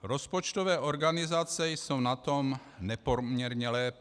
Rozpočtové organizace jsou na tom nepoměrně lépe.